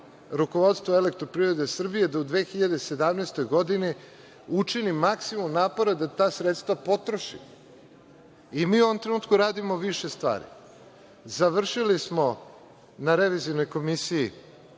rukovodstvu EPS-a da u 2017. godini učini maksimu napora da ta sredstva potroši. I mi u ovom trenutku radimo više stvari. Završili smo na Revizornoj komisiji